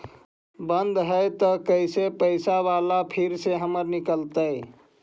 बन्द हैं त कैसे पैसा बाला फिर से हमर निकलतय?